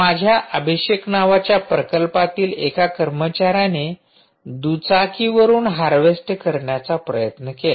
माझ्या अभिषेक नावाच्या प्रकल्पातील एका कर्मचाऱ्याने दुचाकीवरून हार्वेस्ट करण्याचा प्रयत्न केला